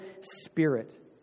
spirit